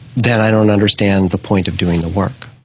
then i don't understand the point of doing the work.